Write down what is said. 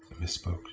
misspoke